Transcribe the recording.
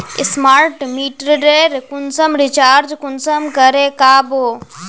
Smart मीटरेर कुंसम recharge कुंसम करे का बो?